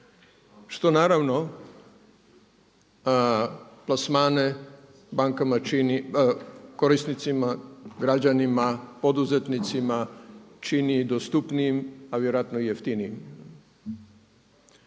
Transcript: Što naravno plasmane bankama čini, korisnicima, građanima, poduzetnicima čini i dostupnijim a vjerojatno i jeftinijim.